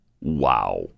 Wow